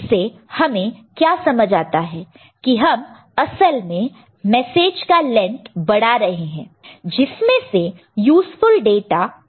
इससे हमें क्या समझ आता है की हम असल में मैसेज का लेंथ बढ़ा रहे हैं जिसमें से यूज़फुल डाटा 8 है